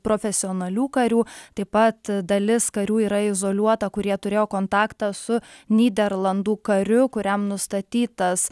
profesionalių karių taip pat dalis karių yra izoliuota kurie turėjo kontaktą su nyderlandų karių kuriam nustatytas